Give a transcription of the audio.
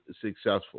successful